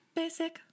Basic